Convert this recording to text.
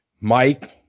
Mike